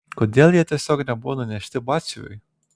kodėl jie tiesiog nebuvo nunešti batsiuviui